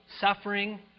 suffering